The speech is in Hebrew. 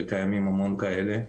וקיימים המון כאלה,